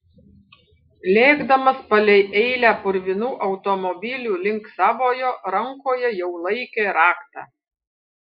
lėkdamas palei eilę purvinų automobilių link savojo rankoje jau laikė raktą